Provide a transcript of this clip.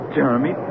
Jeremy